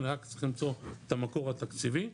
רק צריך למצוא את המקור התקציבי,